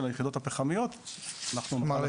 שלה יחידות הפחמיות אנחנו --- כלומר,